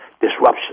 Disruption